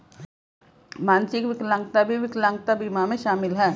मानसिक विकलांगता भी विकलांगता बीमा में शामिल हैं